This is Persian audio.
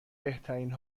بهترین